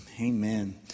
Amen